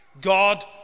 God